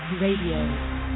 Radio